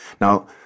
Now